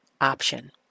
option